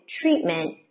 treatment